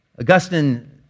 Augustine